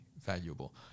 valuable